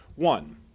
One